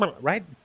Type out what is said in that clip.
right